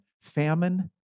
famine